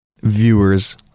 viewers